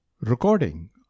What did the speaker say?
Recording